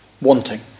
Wanting